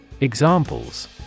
Examples